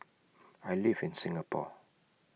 I live in Singapore